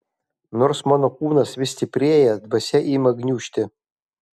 nors mano kūnas vis stiprėja dvasia ima gniužti